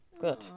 Good